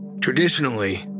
Traditionally